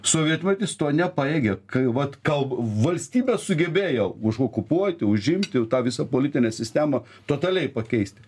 sovietmetis to nepajėgė kai vat kal valstybę sugebėjo užokupuoti užimti tą visą politinę sistemą totaliai pakeisti